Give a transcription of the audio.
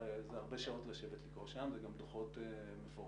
זה הרבה שעות לשבת לקרוא, וגם דוחות מפורטים.